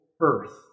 earth